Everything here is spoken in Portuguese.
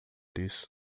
disso